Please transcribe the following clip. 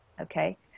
Okay